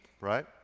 right